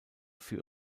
für